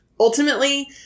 Ultimately